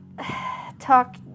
Talk